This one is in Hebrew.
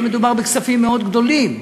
ויהיה מדובר בכספים מאוד גדולים,